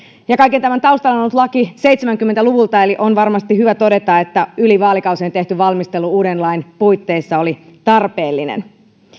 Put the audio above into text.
kaiken tämän taustalla on ollut laki seitsemänkymmentä luvulta eli on varmasti hyvä todeta että yli vaalikausien tehty valmistelu uuden lain puitteissa oli tarpeellinen